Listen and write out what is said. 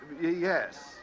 Yes